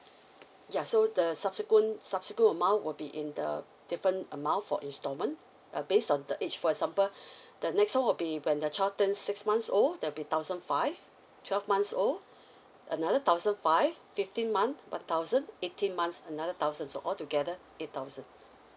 ya so the subsequent subsequent amount will be in the different amount for instalment uh based on the age for example the next one will be when the child turns six months old there will be thousand five twelve months old another thousand five fifteen month one thousand eighteen months another thousands so altogether eight thousand